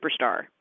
superstar